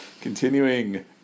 Continuing